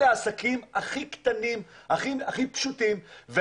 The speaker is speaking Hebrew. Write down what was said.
אלה העסקים הכי קטנים והכי פשוטים.